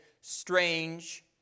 strange